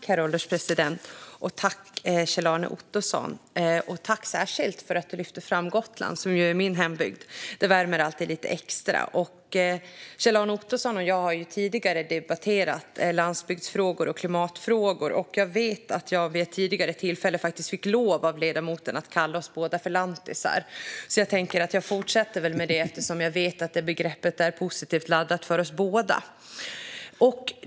Herr ålderspresident! Särskilt tack, Kjell-Arne Ottosson, för att du lyfter fram Gotland, som ju är min hembygd! Det värmer alltid lite extra. Kjell-Arne Ottosson och jag har tidigare debatterat landsbygdsfrågor och klimatfrågor, och jag vet att jag vid ett tidigare tillfälle fick lov av ledamoten att kalla oss båda för lantisar. Jag tänkte fortsätta med det eftersom jag vet att det begreppet är positivt laddat för oss båda.